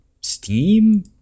Steam